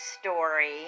story